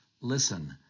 Listen